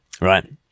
Right